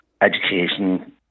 education